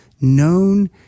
known